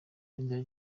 ibendera